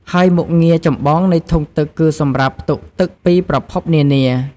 ហើយមុខងារចម្បងនៃធុងទឹកគឺសម្រាប់ផ្ទុកទឹកពីប្រភពនានា។